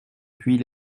puis